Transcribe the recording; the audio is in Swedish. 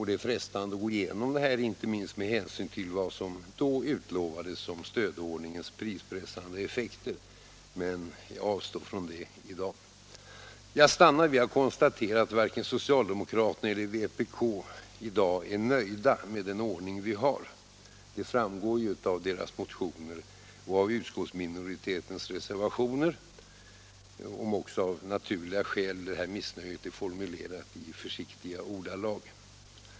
Det är frestande att gå igenom detta material inte minst med hänsyn till vad som då utlovades om stödordningens prispressande effekter. Men jag avstår från det i dag. Jag stannar vid att konstatera att varken socialdemokraterna eller vpk i dag är nöjda med den ordning vi har. Det framgår ju av deras motioner och av utskottsminoritetens reservationer — om också av naturliga skäl missnöjet är formulerat i förtäckta ordalag.